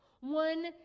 One